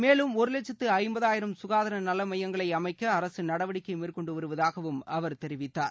மேலும் ஒரு வட்சத்து ஐம்பதாயிரம் சுகாதார நல மையங்களை அமைக்க அரசு நடவடிக்கை மேற்கொண்டு வருவதாகவும் அவர் தெரிவித்தார்